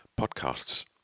podcasts